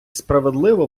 справедливо